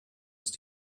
ist